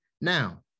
Now